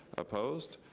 opposed?